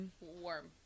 Warm